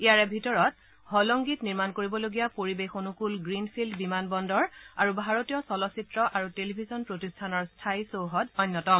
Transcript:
ইয়াৰে ভিতৰত হলংগিত নিৰ্মাণ কৰিবলগীয়া পৰিৱেশ অনুকূল গ্ৰীণ ফীল্ড বিমানবন্দৰ আৰু ভাৰতীয় চলচ্চিত্ৰ আৰু টেলিভিছন প্ৰতিষ্ঠানৰ স্থায়ী চৌহদ অন্যতম